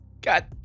God